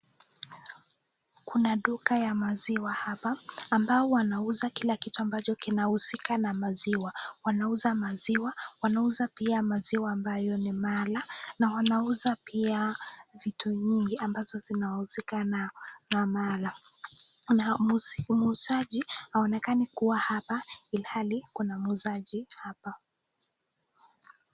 Kuna duka ya maziwa hapa ambao wanauza kila kitu ambayo kinauzika na maziwa. Wanauza maziwa, wanauza pia maziwa ambayo ni mala, na wanauza pia vitu mingi ambazo zinauzika na mala, kuna muuzaji haonekani kuwa hapa ilhali kuna muuzaji hapa.